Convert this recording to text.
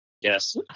Yes